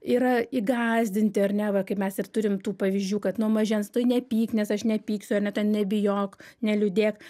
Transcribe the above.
yra įgąsdinti ar ne va kaip mes ir turim tų pavyzdžių kad nuo mažens tai nepyk nes aš nepyksiu ar ne ten nebijok neliūdėk